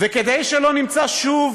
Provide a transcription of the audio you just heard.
כדי שלא נמצא שוב